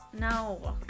No